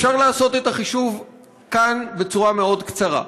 אפשר לעשות את החישוב כאן בצורה מאוד קצרה: